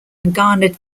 garnered